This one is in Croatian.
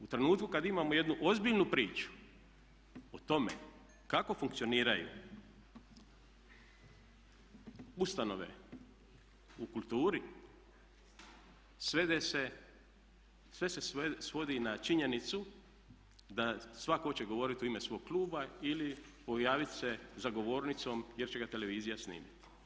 U trenutku kad imamo jednu ozbiljnu priču o tome kako funkcioniraju ustanove u kulturi svede se, sve se svodi na činjenicu da svak hoće govorit u ime svog kluba ili pojavit se za govornicom jer će ga televizija snimiti.